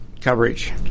coverage